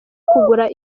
kugura